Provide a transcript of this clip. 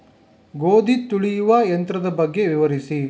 ಗೋಧಿ ತುಳಿಯುವ ಯಂತ್ರದ ಬಗ್ಗೆ ವಿವರಿಸಿ?